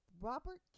Robert